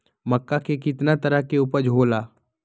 मक्का के कितना तरह के उपज हो ला?